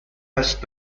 است